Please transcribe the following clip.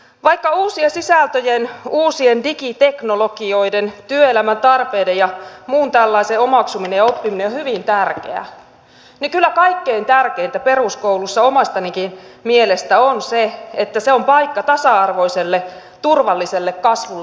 vaikka uusien sisältöjen uusien digiteknologioiden työelämän tarpeiden ja muun tällaisen omaksuminen ja oppiminen on hyvin tärkeää niin kyllä kaikkein tärkeintä peruskoulussa omastakin mielestäni on se että se on paikka tasa arvoiselle turvalliselle kasvulle ja kehitykselle